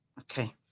Okay